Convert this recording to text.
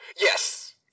Yes